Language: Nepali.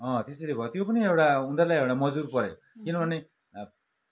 अँ त्यसरी भयो त्यो पनि एउटा उनीहरूलाई एउटा मजबुरी पऱ्यो किनभने